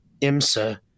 IMSA